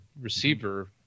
receiver